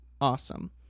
Awesome